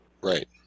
Right